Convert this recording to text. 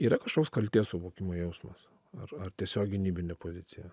yra kažkoks kaltės suvokimo jausmas ar ar tiesiog gynybinė pozicija